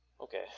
okay